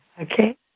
Okay